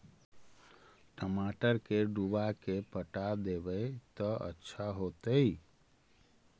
टमाटर के डुबा के पटा देबै त अच्छा होतई?